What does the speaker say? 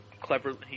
cleverly